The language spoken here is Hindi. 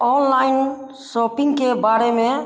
ऑनलाइन सॉपिंग के बारे में